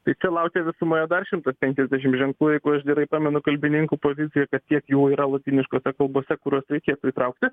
tai čia laukia visumoje dar šimtas penkiasdešim ženklų jeigu aš gerai pamenu kalbininkų poziją kad tiek jų yra lotyniškose kalbose kur reikėtų įtraukti